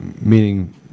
meaning